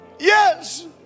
yes